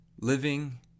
living